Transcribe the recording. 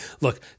Look